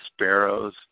sparrows